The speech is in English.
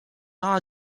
are